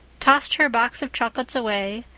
tossed her box of chocolates away,